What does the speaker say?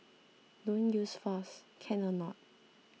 don't use force can or not